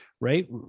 Right